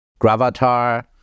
Gravatar